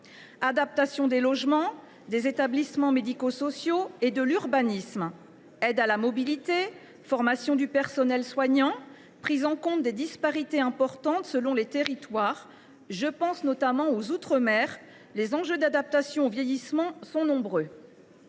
Adaptation des logements, des établissements médico sociaux et de l’urbanisme, aide à la mobilité, formation du personnel soignant, prise en compte des disparités importantes selon les territoires – je pense notamment aux outre mer : les enjeux d’adaptation au vieillissement sont nombreux.